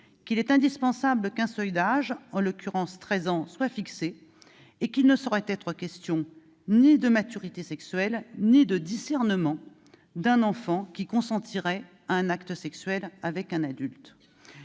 qu'il est indispensable qu'un seuil d'âge, en l'occurrence treize ans, soit fixé et qu'il ne saurait être question ni de maturité sexuelle ni de discernement d'un enfant qui consentirait à un acte sexuel avec un adulte.